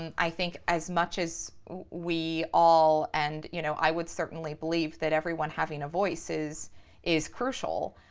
and i think as much as we all, and you know i would certainly believe that everyone having a voice is is crucial.